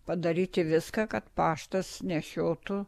padaryti viską kad paštas nešiotų